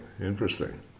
interesting